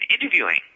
interviewing